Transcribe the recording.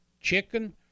chicken